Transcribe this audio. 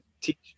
teach